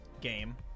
game